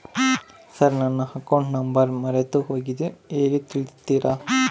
Sir ನನ್ನ account number ಮರೆತುಹೋಗಿದೆ ಹೇಗೆ ತಿಳಿಸುತ್ತಾರೆ?